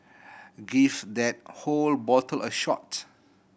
give that whole bottle a shot